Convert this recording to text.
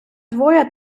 двоє